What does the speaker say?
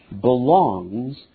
belongs